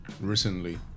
recently